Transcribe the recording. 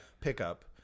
pickup